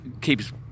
keeps